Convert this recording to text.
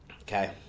Okay